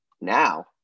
now